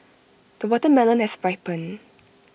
the watermelon has ripened